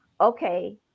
okay